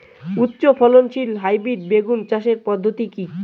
উচ্চ ফলনশীল হাইব্রিড বেগুন চাষের পদ্ধতি কী?